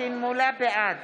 בעד